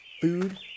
food